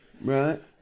Right